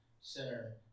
center